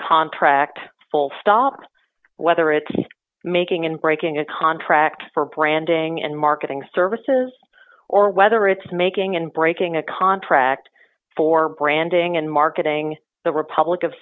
contract full stop whether it's making and breaking a contract for branding and marketing services or whether it's making and breaking a contract for branding and marketing the republik of